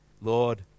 Lord